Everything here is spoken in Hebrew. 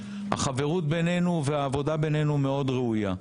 החברות בינינו והעבודה בינינו מאוד ראויה,